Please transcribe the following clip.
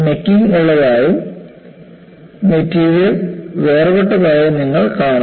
necking ഉള്ളതായും material വേർപെട്ടതായും നിങ്ങൾ കാണുന്നു